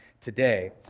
today